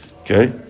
Okay